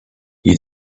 you